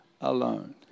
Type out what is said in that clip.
alone